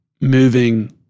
moving